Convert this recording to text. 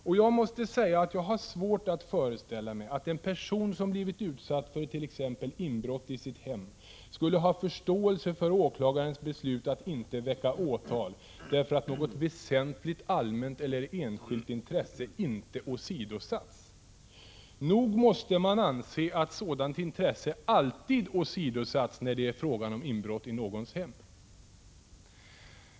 Och jag måste säga att jag har svårt att föreställa mig att en person som blivit utsatt för t.ex. inbrott i sitt hem skulle ha förståelse för åklagarens beslut att inte väcka åtal därför att något väsentligt allmänt eller enskilt intresse inte åsidosatts; nog måste man anse att sådant intresse alltid åsidosatts när det är fråga om inbrott i någons hem.